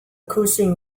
cushion